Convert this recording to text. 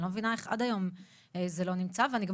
אני לא מבינה איך עד היום זה לא נמצא ואני גם